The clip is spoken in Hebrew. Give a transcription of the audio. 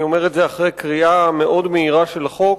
אני אומר את זה אחרי קריאה מאוד מהירה של החוק,